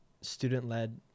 student-led